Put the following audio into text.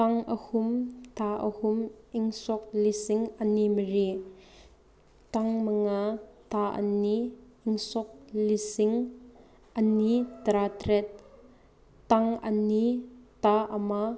ꯇꯥꯡ ꯑꯍꯨꯝ ꯊꯥ ꯑꯍꯨꯝ ꯏꯪ ꯁꯣꯛ ꯂꯤꯁꯤꯡ ꯑꯅꯤ ꯃꯔꯤ ꯇꯥꯡ ꯃꯉꯥ ꯊꯥ ꯑꯅꯤ ꯏꯪ ꯁꯣꯛ ꯂꯤꯁꯤꯡ ꯑꯅꯤ ꯇꯔꯥ ꯇꯔꯦꯠ ꯇꯥꯡ ꯑꯅꯤ ꯊꯥ ꯑꯃ